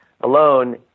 alone